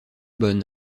bonne